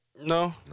No